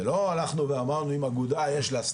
זה לא הלכנו ואמרנו אם אגודה יש לה,